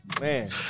man